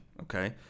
Okay